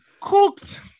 cooked